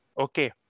Okay